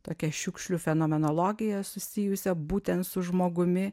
tokią šiukšlių fenomenologiją susijusią būtent su žmogumi